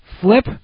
Flip